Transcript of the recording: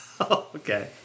okay